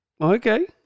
Okay